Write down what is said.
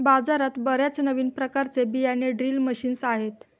बाजारात बर्याच नवीन प्रकारचे बियाणे ड्रिल मशीन्स आहेत